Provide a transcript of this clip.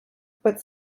but